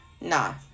Nah